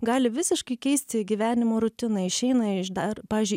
gali visiškai keisti gyvenimo rutiną išeina iš dar pavyzdžiui